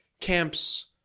camps